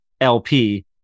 LP